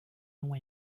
long